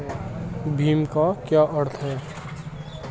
भीम का क्या अर्थ है?